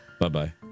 Bye-bye